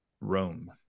Rome